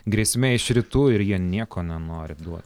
grėsmė iš rytų ir jie nieko nenori duot